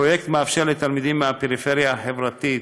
פרויקט המאפשר לתלמידים מהפריפריה החברתית,